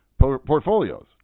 portfolios